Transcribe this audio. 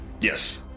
Yes